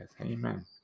Amen